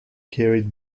carried